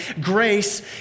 Grace